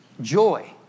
Joy